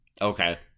Okay